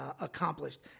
Accomplished